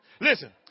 Listen